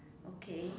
okay